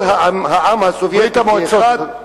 כל העם הסובייטי, ברית-המועצות.